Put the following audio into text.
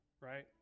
right